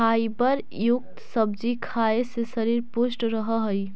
fibre युक्त सब्जी खाए से शरीर पुष्ट रहऽ हइ